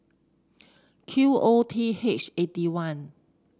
Q O T H eighty one